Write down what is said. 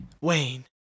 Wayne